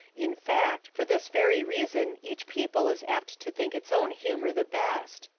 in fact, for this very reason each people is apt to think its own humour the best.